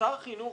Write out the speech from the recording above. ששר החינוך,